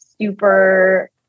super